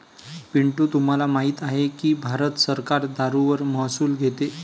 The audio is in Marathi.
पिंटू तुम्हाला माहित आहे की भारत सरकार दारूवर महसूल घेते